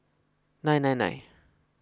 nine nine nine